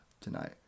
tonight